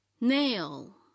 nail